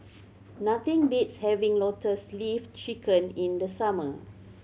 nothing beats having Lotus Leaf Chicken in the summer